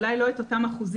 אולי לא את אותם אחוזים,